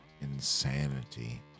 insanity